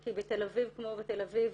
כי בתל אביב כמו בתל אביב,